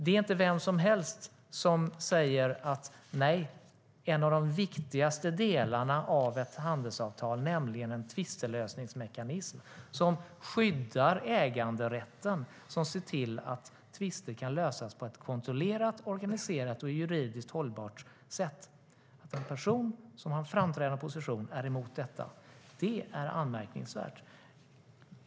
Det är alltså inte vem som helst som säger nej till en av de viktigaste delarna av ett handelsavtal, nämligen en tvistlösningsmekanism som skyddar äganderätten och ser till att tvister kan lösas på ett kontrollerat, organiserat och juridiskt hållbart sätt. Att en person som har en framträdande position är emot detta är anmärkningsvärt.